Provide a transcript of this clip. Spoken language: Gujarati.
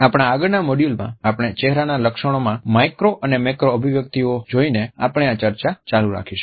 આપણા આગળના મોડ્યુઅલમાં આપણે ચેહરાના લક્ષણોમા માઈક્રો અને મેક્રો અભિવ્યક્તિઓ જોઇને આપણે આ ચર્ચા ચાલુ રાખીશું